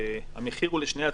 מכיוון שהמחיר הוא לשני הצדדים.